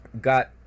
Got